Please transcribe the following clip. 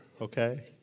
okay